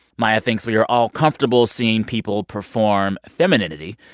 maya thinks we are all comfortable seeing people perform femininity,